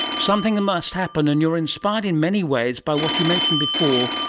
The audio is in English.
something that must happen, and you are inspired in many ways by what you mentioned before,